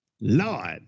Lord